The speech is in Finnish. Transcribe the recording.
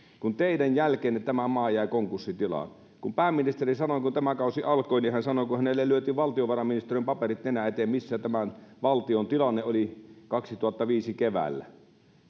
teidän jälkeenne tämä maa jäi konkurssitilaan kuten pääministeri sanoi kun tämä kausi alkoi ja kun hänelle lyötiin nenän eteen valtiovarainministeriön paperit siitä missä tämän valtion tilanne oli kaksituhattaviisi keväällä